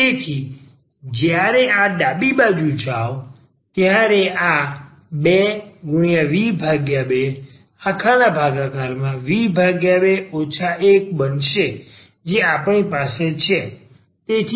તેથી જ્યારે આ ડાબી બાજુ જાઓ ત્યારે આ 2v2 v2 1 બનશે જે આપણી પાસે છે